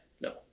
No